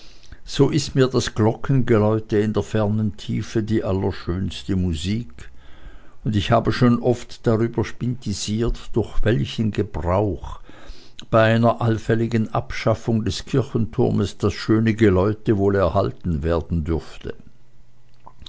so ist mir das glockengeläute in der fernen tiefe die allerschönste musik und ich habe schon oft darüber spintisiert durch welchen gebrauch bei einer allfälligen abschaffung des kirchentumes das schöne geläute wohl erhalten werden dürfte